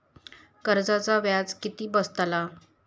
कर्जाचा व्याज किती बसतला?